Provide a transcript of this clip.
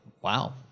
wow